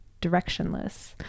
directionless